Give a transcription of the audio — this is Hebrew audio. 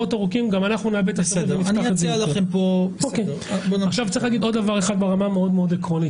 עוד דבר אחד ברמה מאוד מאוד עקרונית